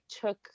took